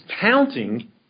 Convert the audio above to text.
counting